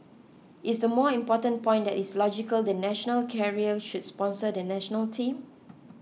is the more important point that it is logical the national carrier should sponsor the National Team